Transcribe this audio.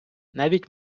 навіть